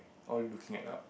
all looking at up